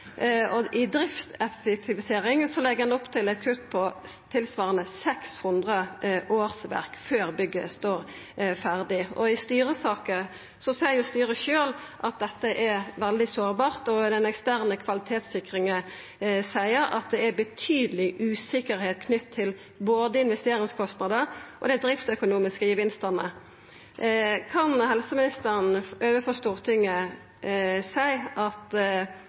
og i driftseffektivisering legg ein opp til eit kutt på tilsvarande 600 årsverk før bygget står ferdig. I styresaker seier styret sjølv at dette er veldig sårbart, og i den eksterne kvalitetssikringa vert det sagt at det er betydeleg usikkerheit knytt til både investeringskostnader og dei driftsøkonomiske gevinstane. Kan helseministeren overfor Stortinget seia at